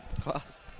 Class